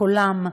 מקולם,